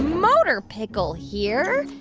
motor pickle here